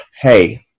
Hey